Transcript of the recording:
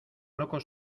locos